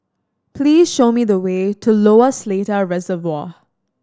please show me the way to Lower Seletar Reservoir